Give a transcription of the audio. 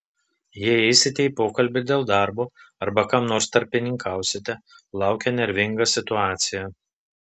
jei eisite į pokalbį dėl darbo arba kam nors tarpininkausite laukia nervinga situacija